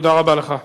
תודה רבה לך.